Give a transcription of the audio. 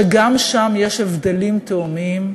וגם שם יש הבדלים תהומיים,